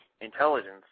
intelligence